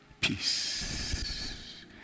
Peace